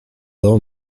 dla